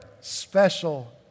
special